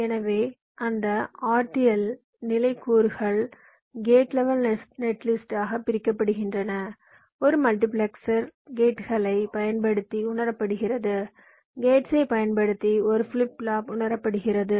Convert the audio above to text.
எனவே அந்த ஆர்டிஎல் நிலை கூறுகள் கேட் லெவல் நெட்லிஸ்ட்ஆக பிரிக்கப்படுகின்றன ஒரு மல்டிபிளெக்சர் கேட்களைப் பயன்படுத்தி உணரப்படுகிறது கேட்ஸைப் பயன்படுத்தி ஒரு ஃபிளிப் ஃப்ளாப்உணரப்படுகிறது